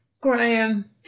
Graham